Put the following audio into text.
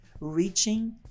Reaching